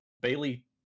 Bailey